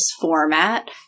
format